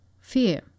Fear